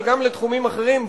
אבל גם לתחומים אחרים,